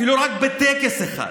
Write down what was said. אפילו רק בטקס אחד,